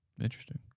Interesting